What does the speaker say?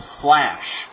flash